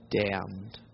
damned